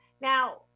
Now